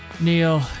Neil